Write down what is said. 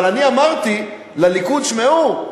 אבל אני אמרתי לליכוד: תשמעו,